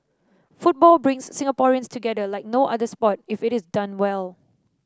football brings Singaporeans together like no other sport if it is done well